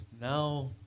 now